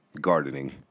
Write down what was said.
gardening